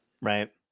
right